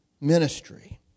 ministry